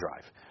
drive